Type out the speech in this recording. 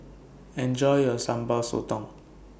Enjoy your Sambal Sotong